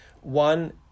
One